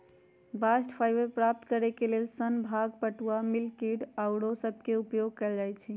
bast fibre प्राप्त करेके लेल सन, भांग, पटूआ, मिल्कवीड आउरो सभके उपयोग कएल जाइ छइ